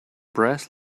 brass